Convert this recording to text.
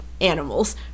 animals